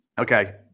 Okay